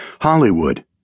Hollywood